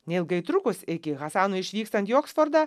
neilgai trukus iki hasanui išvykstant į oksfordą